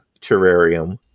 terrarium